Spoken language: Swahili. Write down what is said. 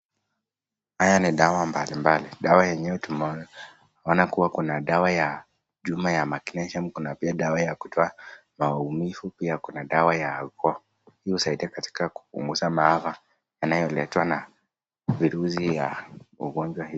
Haya ni madawa mbalimbali dawa enyewe tunaona kuna dawa ya kutoa maumivu, na dawa ya ukoo, ili kusaidia kupunguza maafa yanayoletwa na viruzi ya ugonjwa hii.